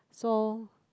so